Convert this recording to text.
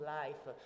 life